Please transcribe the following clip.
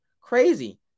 Crazy